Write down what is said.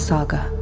Saga